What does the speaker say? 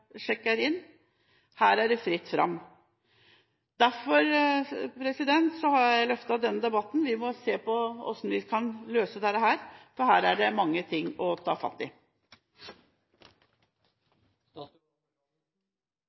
inn. Her er det fritt fram. Derfor har jeg løftet denne debatten. Vi må se på hvordan vi kan løse dette. Her er det mange ting å gripe fatt i.